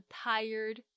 tired